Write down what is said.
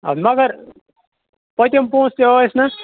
اَدٕ مگر پٔتِم پۅنٛسہٕ تہِ ٲسۍ نا